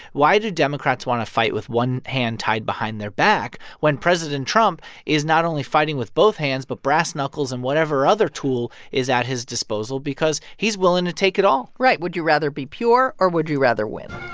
why do democrats want to fight with one hand tied behind their back when president trump is not only fighting with both hands, but brass knuckles and whatever other tool is at his disposal because he's willing to take it all? right. would you rather be pure, or would you rather win?